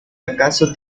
acaso